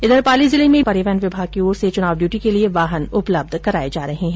उधर पाली जिले में परिवहन विभाग की ओर से चुनाव डयूटी के लिये वाहन उपलब्ध करवाये जा रहे हैं